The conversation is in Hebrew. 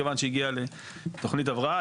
כיוון שהגיעה לתוכנית הבראה,